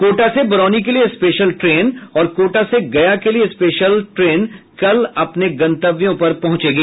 कोटा से बरौनी के लिए स्पेशल ट्रेन और कोटा से गया के लिए स्पेशल कल अपने गन्तव्यों पर पहुंचेगी